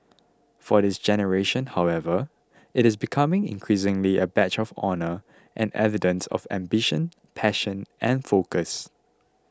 for this generation however it is becoming increasingly a badge of honour and evidence of ambition passion and focus